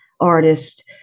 artist